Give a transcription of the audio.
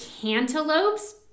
cantaloupes